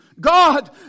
God